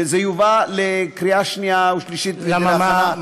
וזה יובא לקריאה שנייה ושלישית להכנה בוועדה, למה?